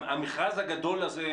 המכרז הגדול הזה,